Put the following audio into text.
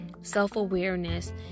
Self-awareness